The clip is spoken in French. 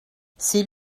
c’est